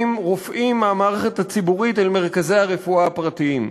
רופאים מהמערכת הציבורית אל מרכזי הרפואה הפרטיים.